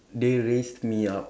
they raised me up